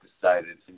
decided